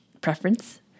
preference